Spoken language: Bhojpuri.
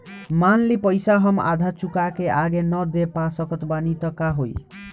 मान ली पईसा हम आधा चुका के आगे न दे पा सकत बानी त का होई?